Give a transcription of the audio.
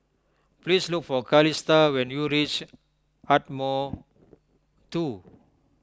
please look for Calista when you reach Ardmore two